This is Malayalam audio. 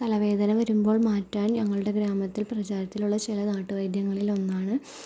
തലവേദന വരുമ്പോൾ മാറ്റാൻ ഞങ്ങളുടെ ഗ്രാമത്തിൽ പ്രചാരത്തിലുള്ള ചില നാട്ടുവൈദ്യങ്ങളിൽ ഒന്നാണ്